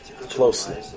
closely